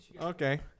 Okay